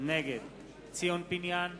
נגד ציון פיניאן,